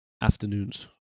afternoons